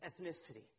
ethnicity